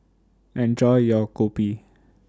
Enjoy your Kopi